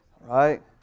Right